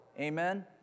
amen